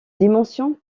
dimensions